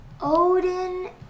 Odin